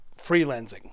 freelancing